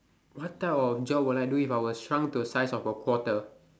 what type of job will I do if I was shrunk to a size of a quarter